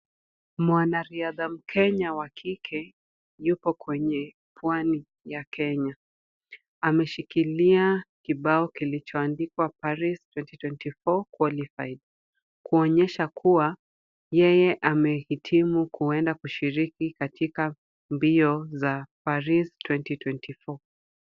Mwanariadha mkenya, wa kike, yupo kwenye pwani ya Kenya. Ameshikilia kibao kilichoandikwa Paris twenty twenty four qualified . Kuonyesha kuwa yeye amehitimu kuenda kushiriki katika mbio za Paris twenty twenty four .